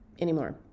anymore